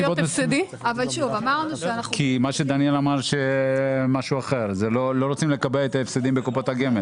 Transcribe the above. דניאל אמר משהו אחר לא רוצים לקבע את ההפסדים בקופות הגמל,